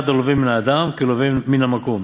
אחד הלווה מן האדם כלווה מן המקום,